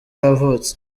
yavutse